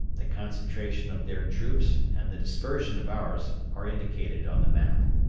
the concentration of their troops and the dispersion of ours are indicated on the map.